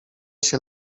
się